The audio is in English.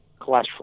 cholesterol